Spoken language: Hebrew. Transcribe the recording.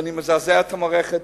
ואני מזעזע את המערכת.